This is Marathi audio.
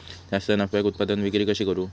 जास्त नफ्याक उत्पादन विक्री कशी करू?